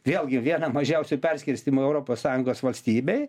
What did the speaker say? vėlgi vieną mažiausių perskirstymų europos sąjungos valstybėj